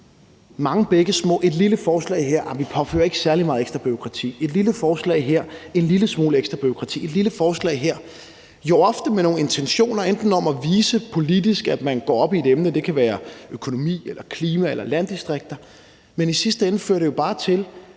man siger, at man ikke påfører særlig meget ekstra bureaukrati. Det er et lille forslag her og der og en lille smule ekstra bureaukrati, jo ofte med nogle intentioner om at vise politisk, at man går op i et emne. Det kan være økonomi, klima eller landdistrikter. Men i sidste ende fører det jo bare til,